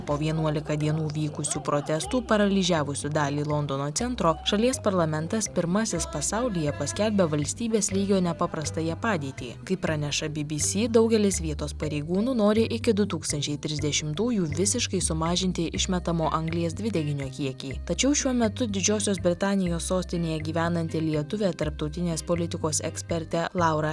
po vienuolika dienų vykusių protestų paralyžiavusių dalį londono centro šalies parlamentas pirmasis pasaulyje paskelbė valstybės lygio nepaprastąją padėtį kaip praneša bbc daugelis vietos pareigūnų nori iki du tūkstančiai trisdešimtųjų visiškai sumažinti išmetamo anglies dvideginio kiekį tačiau šiuo metu didžiosios britanijos sostinėje gyvenanti lietuvė tarptautinės politikos ekspertė laura